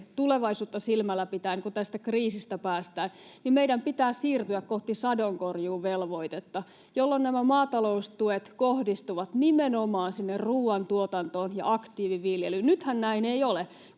tulevaisuutta silmällä pitäen, kun tästä kriisistä päästään — meidän pitää siirtyä kohti sadonkorjuuvelvoitetta, jolloin maataloustuet kohdistuvat nimenomaan ruuantuotantoon ja aktiiviviljelyyn. Nythän näin ei ole.